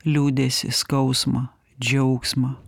liūdesį skausmą džiaugsmą